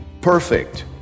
perfect